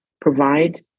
provide